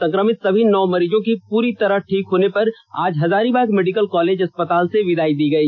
संक्रमित सभी नौ मरीजों के पूरी तरह ठीक होने पर आज हजारीबाग मेडिकल कॉलेज अस्पताल से विदाई दी गई